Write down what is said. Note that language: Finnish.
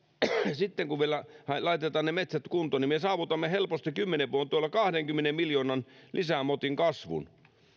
sitten kun vielä laitetaan ne metsät kuntoon me saavutamme helposti kymmenen vuoden tuella kahdenkymmenen miljoonan lisämotin kasvun